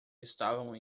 estavam